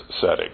setting